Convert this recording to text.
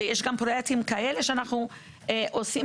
ויש גם פרויקטים כאלה שאנחנו עושים,